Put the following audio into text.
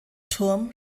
turm